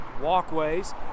walkways